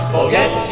Forget